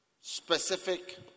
specific